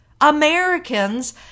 Americans